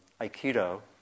Aikido